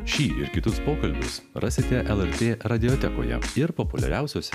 šį ir kitus pokalbius rasite lrtė radiotekoje ir populiariausiose